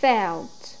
Felt